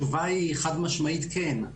התשובה היא חד משמעית כן.